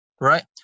right